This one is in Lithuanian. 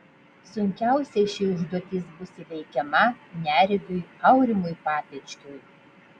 sunkiausiai ši užduotis bus įveikiama neregiui aurimui papečkiui